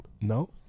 No